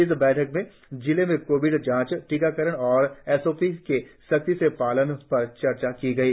इस बैठक में जिले में कोविड जांच टीकाकरण और एस ओ पी के शक्ति से पालन पर भी चर्चा की गई